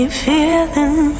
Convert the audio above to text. feeling